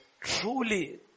Truly